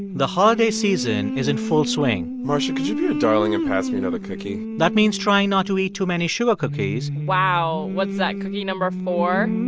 the holiday season is in full swing marsha, could you be a darling and pass me another cookie? that means trying not to eat too many sugar cookies. wow. what's that, cookie number four.